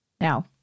Now